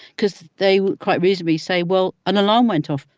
cause they quite reasonably say, well, an alarm went off.